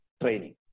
training